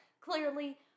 Clearly